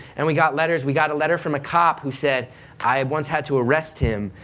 and we got letters, we got a letter from a cop who said i once had to arrest him,